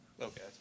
Okay